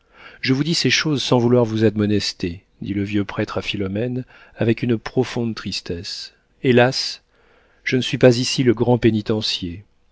je vous dis ces choses sans vouloir vous admonester dit le vieux prêtre à philomène avec une profonde tristesse hélas je ne suis pas ici le grand pénitencier